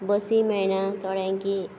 बसी मेळना थोड्यांक